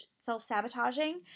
self-sabotaging